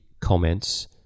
comments